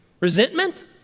Resentment